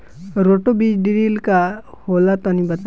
Roto बीज drill का होला तनि बताई?